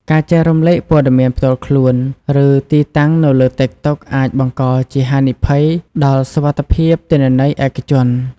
ការចែករំលែកព័ត៌មានផ្ទាល់ខ្លួន ឬទីតាំងនៅលើតិកតុកអាចបង្កជាហានិភ័យដល់សុវត្ថិភាពទិន្នន័យឯកជន។